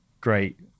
great